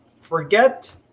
forget